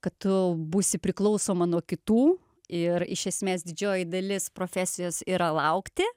kad tu būsi priklausoma nuo kitų ir iš esmės didžioji dalis profesijos yra laukti